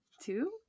two